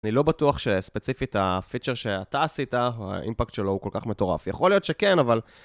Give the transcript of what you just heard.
אני לא בטוח שספציפית הפיצ'ר שאתה עשית, האימפאקט שלו הוא כל כך מטורף, יכול להיות שכן אבל...